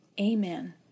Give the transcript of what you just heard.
Amen